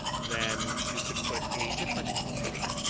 then you could put a different motion.